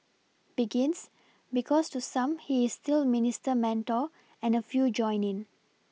begins because to some he is still Minister Mentor and a few join in